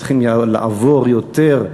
צריכים לעבור יותר.